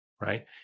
right